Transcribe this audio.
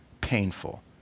painful